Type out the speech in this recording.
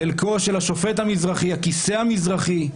חלקו של השופט המזרחי, הכיסא המזרחי,